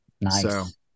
nice